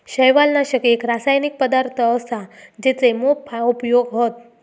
शैवालनाशक एक रासायनिक पदार्थ असा जेचे मोप उपयोग हत